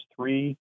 three